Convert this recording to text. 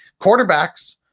quarterbacks